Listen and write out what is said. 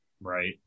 Right